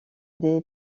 des